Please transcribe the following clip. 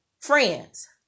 friends